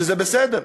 וזה בסדר,